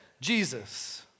Jesus